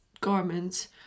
garments